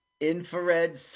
infrared